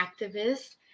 activist